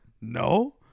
No